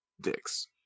Dicks